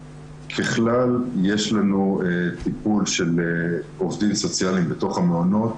יש טיפול של עובדים סוציאליים בתוך המעונות,